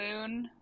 Moon